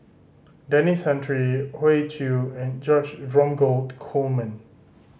Denis Santry Hoey Choo and George Dromgold Coleman